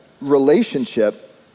relationship